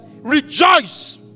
rejoice